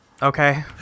Okay